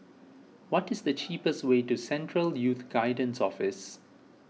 what is the cheapest way to Central Youth Guidance Office